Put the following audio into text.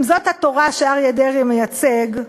אם זאת התורה שאריה דרעי מייצג,